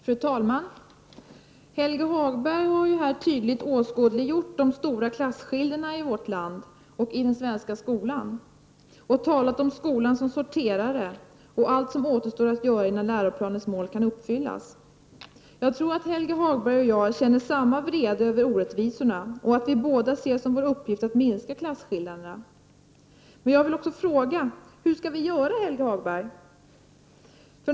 Fru talman! Helge Hagberg har tydligt åskådliggjort de stora klasskillnaderna i Sverige och den svenska skolan, och han har talat om skolan som sorterare och om allt som återstår att göra innan läroplanens mål kan uppfyl las. Jag tror att Helge Hagberg och jag känner samma vrede över orättvisorna och att vi båda ser som vår uppgift att minska klasskillnaderna. Men jag vill också fråga Helge Hagberg hur vi skall göra.